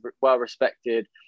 well-respected